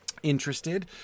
interested